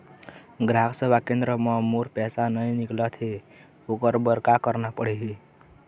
ग्राहक सेवा केंद्र म मोर पैसा नई निकलत हे, ओकर बर का करना पढ़हि?